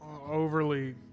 overly